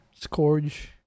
Scourge